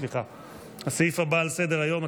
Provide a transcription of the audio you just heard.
שמונה מתנגדים, אין נמנעים.